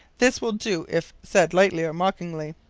this will do if said lightly or mockingly.